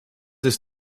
ist